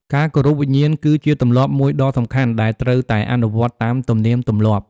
ការគោរពវិញ្ញាណគឺជាទម្លាប់មួយដ៏សំខាន់ ដែលត្រូវតែអនុវត្តន៍តាមទំនៀមទម្លាប់។